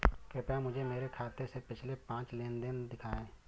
कृपया मुझे मेरे खाते से पिछले पांच लेन देन दिखाएं